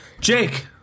Jake